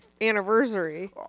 anniversary